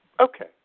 Okay